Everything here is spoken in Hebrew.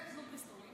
כבר הכול כל כך,